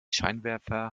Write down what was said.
scheinwerfer